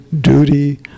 duty